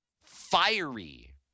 fiery